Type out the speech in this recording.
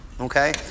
Okay